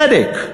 בצדק,